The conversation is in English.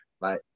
Bye